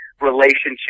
relationship